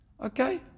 Okay